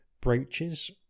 brooches